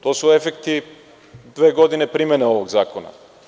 To su efekti dve godine primene ovog zakona.